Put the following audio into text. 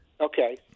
okay